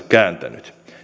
kääntänyt